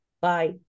Bye